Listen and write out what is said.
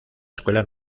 escuela